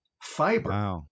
Fiber